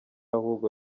ahubwo